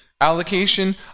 allocation